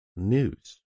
news